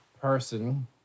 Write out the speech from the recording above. person